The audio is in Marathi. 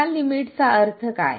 या लिमिटचा अर्थ काय